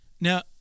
Now